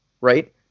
Right